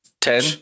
Ten